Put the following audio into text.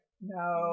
No